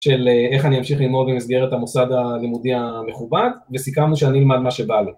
של איך אני אמשיך ללמוד במסגרת את המוסד הלימודי המכובד וסיכמנו שאני אלמד מה שבא לי